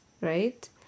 right